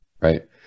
right